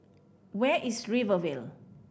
where is Rivervale